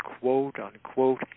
quote-unquote